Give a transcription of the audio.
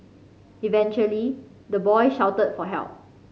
eventually the boy shouted for help